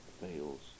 fails